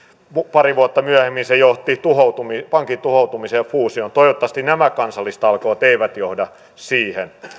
pari vuotta myöhemmin se johti pankin tuhoutumiseen ja fuusioon toivottavasti nämä kansallistalkoot eivät johda siihen